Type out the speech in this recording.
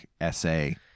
essay